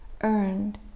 earned